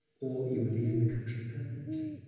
or you were leaving the country permanently.